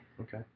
Okay